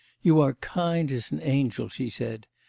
you are kind as an angel she said,